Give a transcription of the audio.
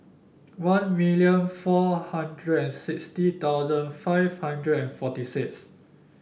one million four hundred and sixty thousand five hundred and forty six